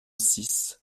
six